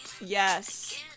Yes